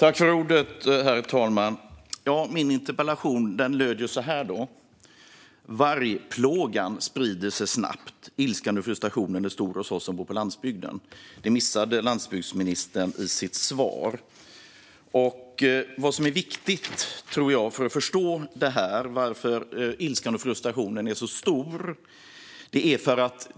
Herr talman! Min interpellation löd: "Vargplågan sprider sig nu snabbt. Ilskan och frustrationen är stor hos oss som bor på landsbygden." Det missade landsbygdsministern i sitt svar. Vad som är viktigt, tror jag, är att förstå varför ilskan och frustrationen är så stor.